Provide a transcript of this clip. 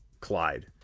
Clyde